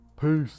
Peace